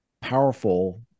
powerful